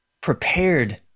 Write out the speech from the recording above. prepared